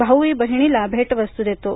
भाऊही बहिणीला भेटवस्तू देतो